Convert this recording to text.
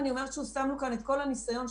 כן, אני רושמת את כל ההערות ואני אתייחס אליהן.